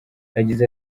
yagize